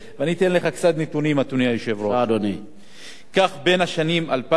בין השנים 2000 ל-2011 התרחשו יותר מ-7,700